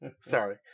Sorry